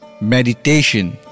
meditation